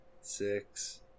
six